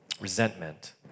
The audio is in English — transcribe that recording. resentment